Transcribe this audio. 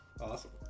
Awesome